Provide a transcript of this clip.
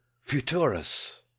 Futurus